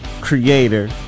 creator